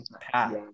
path